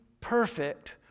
perfect